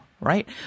right